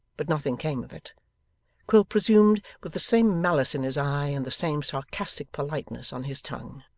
but nothing came of it quilp resumed, with the same malice in his eye and the same sarcastic politeness on his tongue.